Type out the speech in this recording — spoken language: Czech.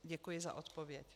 Děkuji za odpověď.